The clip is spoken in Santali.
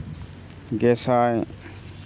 ᱜᱮᱥᱟᱭ